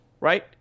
right